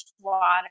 water